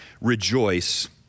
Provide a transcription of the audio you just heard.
rejoice